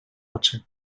oczy